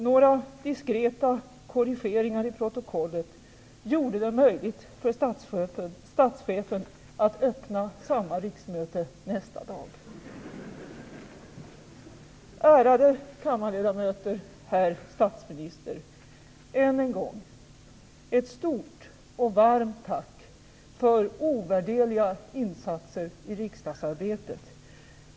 Några diskreta korrigeringar i protokollet gjorde det möjligt för statschefen att öppna samma riksmöte nästa dag. Ärade kammarledamöter, herr statsminister! Än en gång, ett stort och varmt tack för ovärderliga insatser i riksdagsarbetet.